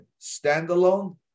standalone